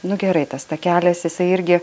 nu gerai tas takelis jisai irgi